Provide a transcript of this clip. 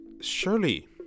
surely